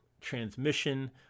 transmission